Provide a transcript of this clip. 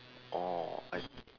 orh I